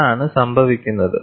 അതാണ് സംഭവിക്കുന്നത്